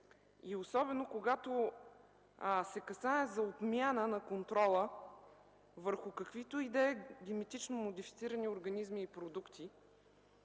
особено когато се касае за отмяна на контрола върху каквито и да е генетично модифицирани организми и продукти.